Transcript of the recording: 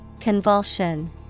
Convulsion